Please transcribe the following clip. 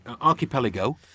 archipelago